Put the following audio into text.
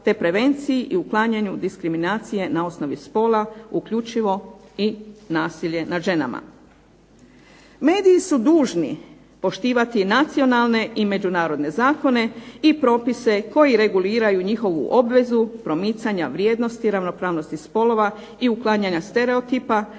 te prevenciji i uklanjanju diskriminacije na osnovi spola uključivo i nasilje nad ženama. Mediji su dužni poštivati nacionalne i međunarodne zakone i propise koji reguliraju njihovu obvezu promicanja vrijednosti ravnopravnosti spolova i uklanjanja stereotipa,